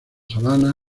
sabanas